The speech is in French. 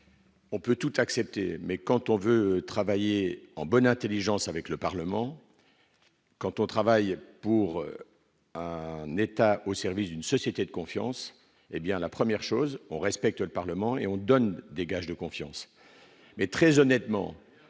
On peut tout accepter mais quand on veut travailler en bonne Intelligence avec le Parlement, quand on travaille pour ça n'état au service d'une société de confiance et bien la première chose, on respecte le Parlement et on donne des gages de confiance, mais très honnêtement